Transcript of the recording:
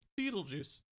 Beetlejuice